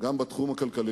גם בתחום הכלכלי.